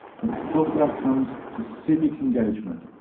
from health outcomes to civic involvement,